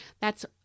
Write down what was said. thats